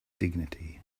dignity